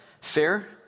Fair